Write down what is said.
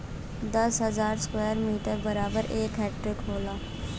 दस हजार square metre बराबर एक हेक्टेयर होला